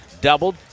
doubled